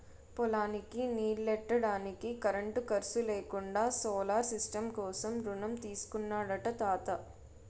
పొలానికి నీల్లెట్టడానికి కరెంటు ఖర్సు లేకుండా సోలార్ సిస్టం కోసం రుణం తీసుకున్నాడట తాత